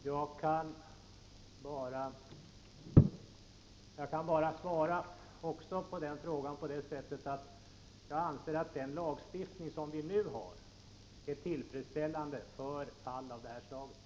Herr talman! Jag kan även på den frågan bara svara på det sättet att jag anser att den lagstiftning som vi nu har är tillfredsställande för fall av det här slaget.